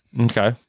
Okay